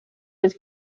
was